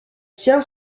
tient